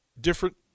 different